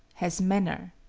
has manner?